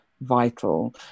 vital